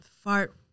fart